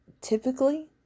typically